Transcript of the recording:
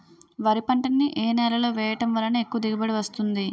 వరి పంట ని ఏ నేలలో వేయటం వలన ఎక్కువ దిగుబడి వస్తుంది?